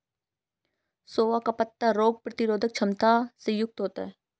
सोआ का पत्ता रोग प्रतिरोधक क्षमता से युक्त होता है